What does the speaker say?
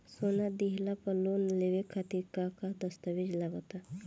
सोना दिहले पर लोन लेवे खातिर का का दस्तावेज लागा ता?